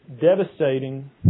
devastating